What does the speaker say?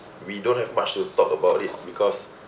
we don't have much to talk about it because